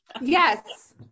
Yes